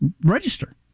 register